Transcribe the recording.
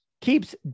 keeps